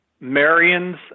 Marion's